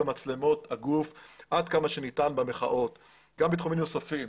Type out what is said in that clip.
במצלמות הגוף עד כמה שניתן במחאות וגם בתחומים נוספים